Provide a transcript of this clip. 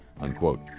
unquote